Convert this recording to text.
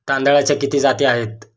तांदळाच्या किती जाती आहेत?